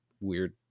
weird